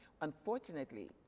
Unfortunately